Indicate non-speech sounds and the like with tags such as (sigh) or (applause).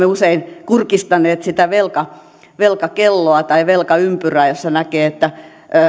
(unintelligible) usein kurkistaneet sitä velkakelloa tai velkaympyrää josta näkee että